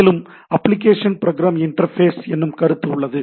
மேலும் application program interface என்னும் கருத்து உள்ளது